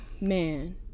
man